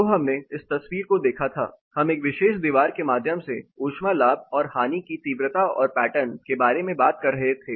तो हमने इस तस्वीर को देखा था हम एक विशेष दीवार के माध्यम से ऊष्मा लाभ और हानि की तीव्रता और पैटर्न के बारे में बात कर रहे थे